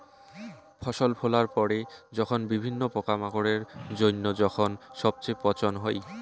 ফসল তোলার পরে যখন বিভিন্ন পোকামাকড়ের জইন্য যখন সবচেয়ে পচন হই